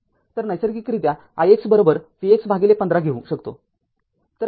तर नैसर्गिकरित्या ix vx१५ घेऊ शकतो